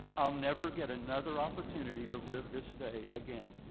i'll never get another opportunity to live this day again.